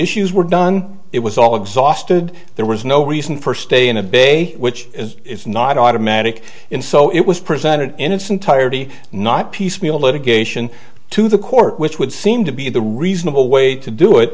issues were done it was all exhausted there was no reason for stay in a bay which is not automatic in so it was presented in its entirety not piecemeal litigation to the court which would seem to be the reasonable way to do it